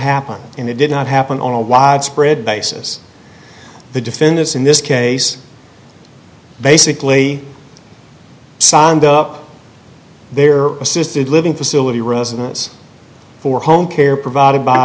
happen in a did not happen on a widespread basis the defendants in this case basically signed up they're assisted living facility residents for home care provided by